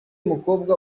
mukobwa